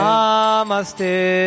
Namaste